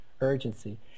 urgency